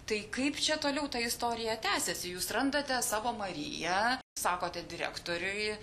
tai kaip čia toliau ta istorija tęsėsi jūs randate savo marija sakote direktoriui